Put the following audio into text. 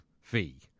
fee